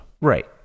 Right